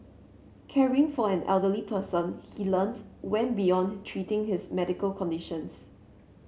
caring for an elderly person he learnt went beyond treating his medical conditions